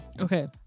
okay